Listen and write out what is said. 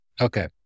Okay